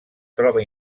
troba